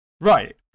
Right